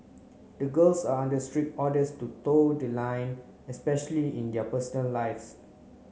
the girls are under strict orders to toe the line especially in their personal lives